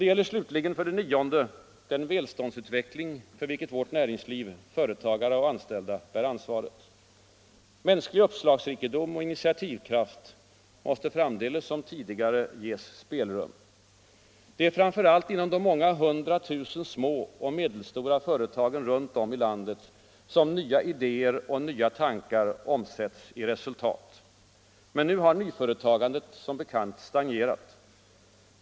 Det gäller slutligen den välståndsutveckling för vilken vårt näringsliv — företagare och anställda — bär ansvaret. Mänsklig uppslagsrikedom och initiativkraft måste framdeles som tidigare ges spelrum. Det är framför allt inom de många hundra tusen små och medelstora företagen runt om i landet som nya idéer och nya tankar omsätts i resultat. Men nu har nyföretagandet stagnerat.